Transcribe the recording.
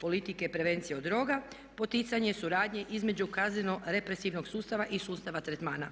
politike prevencije o drogama, poticanje suradnje između kazneno represivnog sustava i sustava tretmana.